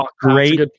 great